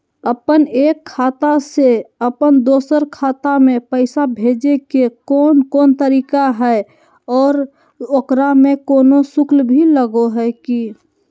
अपन एक खाता से अपन दोसर खाता में पैसा भेजे के कौन कौन तरीका है और ओकरा में कोनो शुक्ल भी लगो है की?